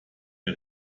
der